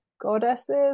goddesses